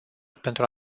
pentru